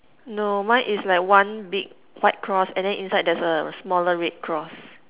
no mine is like one big white cross and then inside there's a smaller red cross